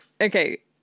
Okay